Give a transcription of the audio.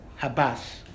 Habas